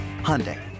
Hyundai